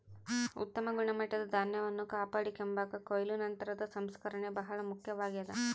ಉತ್ತಮ ಗುಣಮಟ್ಟದ ಧಾನ್ಯವನ್ನು ಕಾಪಾಡಿಕೆಂಬಾಕ ಕೊಯ್ಲು ನಂತರದ ಸಂಸ್ಕರಣೆ ಬಹಳ ಮುಖ್ಯವಾಗ್ಯದ